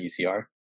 UCR